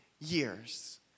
years